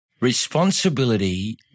Responsibility